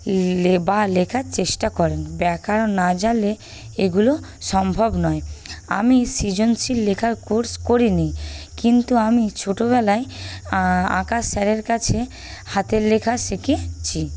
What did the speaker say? বা লেখার চেষ্টা করেন ব্যাকারণ না জানলে এগুলো সম্ভব নয় আমি সৃজনশীল লেখার কোর্স করিনি কিন্তু আমি ছোটোবেলায় আঁকার স্যারের কাছে হাতের লেখা শিখেছি